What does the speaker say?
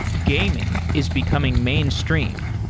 gaming is becoming mainstream.